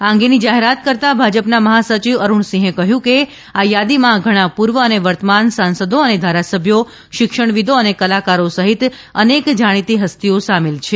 આ અંગેની જાહેરાત કરતા ભાજપના મહાસચિવ અરૂણસિંહે કહ્યું કે આ યાદીમાં ઘણા પૂર્વ અને વર્તમાન સાંસદો અને ધારાસભ્યો શિક્ષણવિદો અને કલાકારો સહિત અનેક જાણીતી હસ્તીઓ શામેલ છે